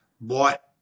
bought